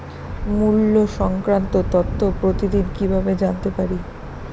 মুল্য সংক্রান্ত তথ্য প্রতিদিন কিভাবে জানতে পারি?